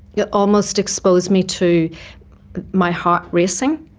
yeah almost expose me to my heart racing,